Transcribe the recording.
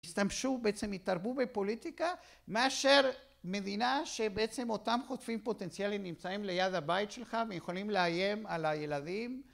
השתמשו, בעצם התערבו בפוליטיקה, מאשר מדינה שבעצם אותם חוטפים פוטנציאלים נמצאים ליד הבית שלך ויכולים לאיים על הילדים